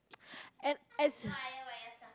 and as